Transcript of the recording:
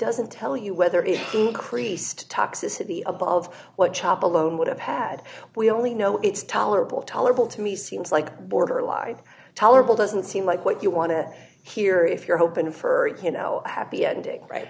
doesn't tell you whether it be increased toxicity above what chop alone would have had we only know it's tolerable tolerable to me seems like borderline tolerable doesn't seem like what you want to hear if you're hoping for you know